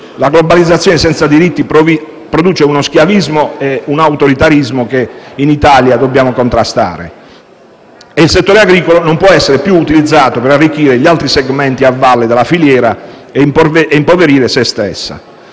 La globalizzazione senza diritti produce uno schiavismo e un autoritarismo che in Italia dobbiamo contrastare. Il settore agricolo non può più essere utilizzato per arricchire gli altri segmenti a valle della filiera e impoverire se stessa.